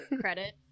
credit